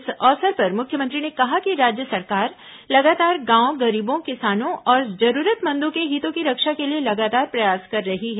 इस अवसर पर मुख्यमंत्री ने कहा कि राज्य सरकार लगातार गांव गरीबों किसानों और जरूरतमंदों के हितों की रक्षा के लिए लगातार प्रयास कर रही है